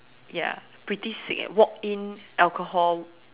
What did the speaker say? ya pretty sick eh walk in alcohol